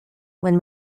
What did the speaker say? when